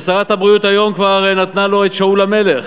ושרת הבריאות, היום, כבר נתנה לו את שאול המלך.